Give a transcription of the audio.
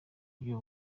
buryo